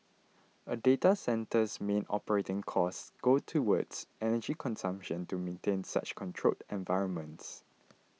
a data centre's main operating costs go towards energy consumption to maintain such controlled environments